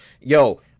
yo